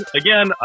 again